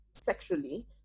sexually